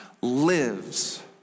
lives